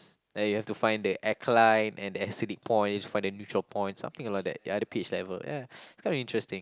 then you have to find the alkaline and acidic point find the neutral point something like that ya the pH level ya it's kind of interesting